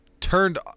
turned